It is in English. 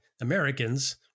Americans